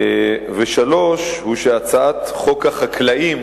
והתנאי השלישי, שהצעת חוק החקלאים